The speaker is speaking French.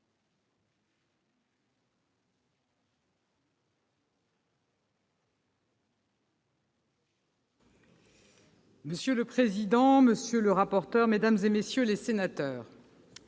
Monsieur le président, monsieur le rapporteur, mesdames, messieurs les sénateurs,